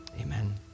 amen